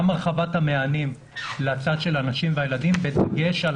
גם הרחבת המענים לצד של הנשים והילדים בדגש על